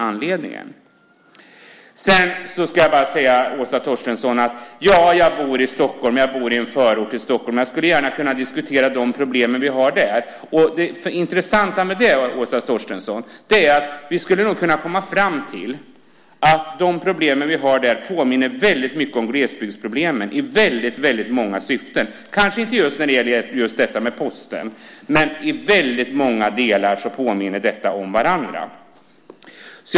Sedan vill jag bara säga, Åsa Torstensson, att ja, jag bor i en förort till Stockholm, och jag skulle gärna kunna diskutera de problem som vi har där. Det intressanta är att vi nog skulle kunna komma fram till att de problem som vi har där påminner mycket om glesbygdsproblemen i väldigt många avseenden, kanske inte när det gäller just detta med Posten, men i många andra avseenden finns det många likheter.